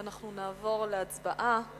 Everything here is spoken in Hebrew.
ואנחנו נעבור להצבעה.